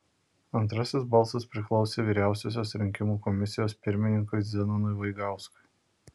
antrasis balsas priklausė vyriausiosios rinkimų komisijos pirmininkui zenonui vaigauskui